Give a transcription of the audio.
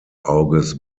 auges